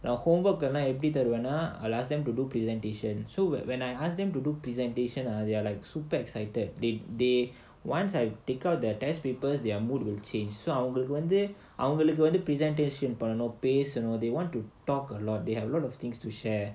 the homework எப்படி தருவேனா:eppadi tharuvenaa I'll ask them to do presentation so when when I ask them to do presentation ah they are like super excited they they once I take out the test papers their mood will change so I will one day அவங்களுக்கு வந்து அவங்களுக்கு வந்து:avangalukku vandhu avangalukku vandhu pace you know they want to talk a lot they have lot of things to share